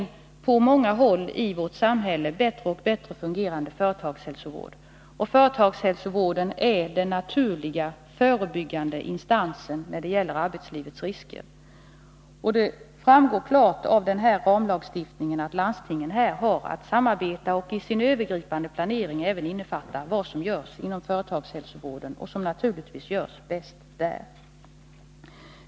Vi har på många håll i vårt samhälle en allt bättre fungerande företagshälsovård, och den är den naturliga förebyggande instansen när det gäller arbetslivets risker. Det framgår klart av ramlagstiftningen att landstingen i det avseendet har att samarbeta och att i sin övergripande planering innefatta även vad som görs inom företagshälsovården och som naturligtvis görs bäst där.